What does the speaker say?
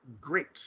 great